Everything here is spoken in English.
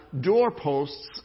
doorposts